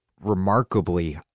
remarkably